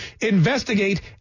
investigate